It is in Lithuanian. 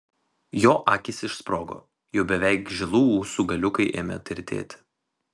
jo akys išsprogo jau beveik žilų ūsų galiukai ėmė tirtėti